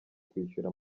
kwishyura